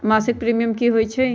मासिक प्रीमियम की होई छई?